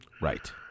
Right